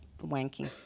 wanking